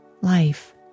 life